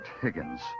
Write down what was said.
Higgins